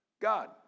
God